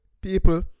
people